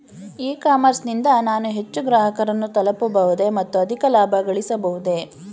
E commerce ನಿಂದ ನಾನು ಹೆಚ್ಚು ಗ್ರಾಹಕರನ್ನು ತಲುಪಬಹುದೇ ಮತ್ತು ಅಧಿಕ ಲಾಭಗಳಿಸಬಹುದೇ?